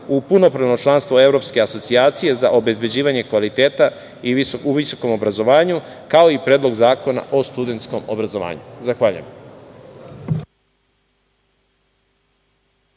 u punopravno članstvo Evropske asocijacije za obezbeđivanje kvaliteta u visokom obrazovanju, kao i Predlog zakona o studenskom obrazovanju? Zahvaljujem.